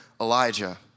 Elijah